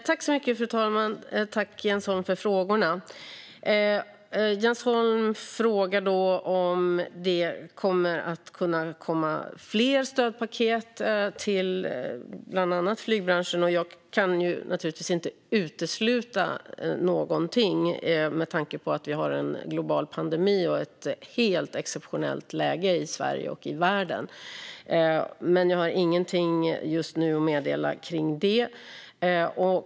Fru talman! Tack, Jens Holm, för frågorna! Jens Holm frågar om det kommer att komma fler stödpaket till bland annat flygbranschen. Jag kan naturligtvis inte utesluta någonting med tanke på att vi har en global pandemi och ett helt exceptionellt läge i Sverige och i världen. Men jag har ingenting just nu att meddela kring detta.